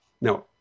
Now